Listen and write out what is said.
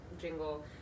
jingle